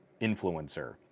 influencer